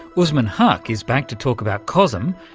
usman haque is back to talk about cosm,